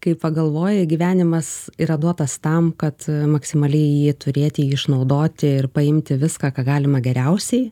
kai pagalvoji gyvenimas yra duotas tam kad maksimaliai jį turėti jį išnaudoti ir paimti viską ką galima geriausiai